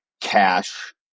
cash